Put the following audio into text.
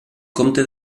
comte